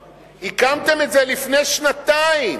הקמתם את זה לפני שנתיים.